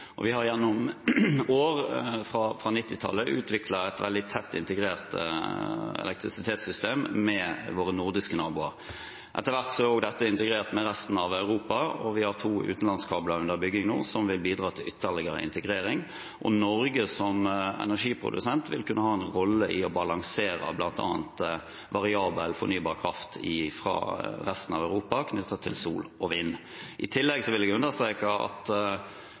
og vi har gjennom år – fra 1990-tallet – utviklet et veldig tett integrert elektrisitetssystem med våre nordiske naboer. Etter hvert er dette også integrert med resten av Europa, og vi har to utenlandskabler under bygging nå, som vil bidra til ytterligere integrering. Norge som energiprodusent vil kunne ha en rolle i å balansere bl.a. variabel fornybar kraft fra resten av Europa knyttet til sol og vind. I tillegg vil jeg understreke at